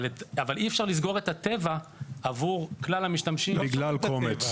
אבל אי אפשר לסגור את הטבע עבור כלל המשתמשים בגלל קומץ.